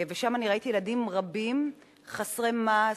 ושם ראיתי ילדים רבים חסרי מעש,